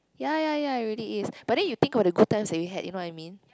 ya ya ya it really is but then you think about the good times that you had you know what I mean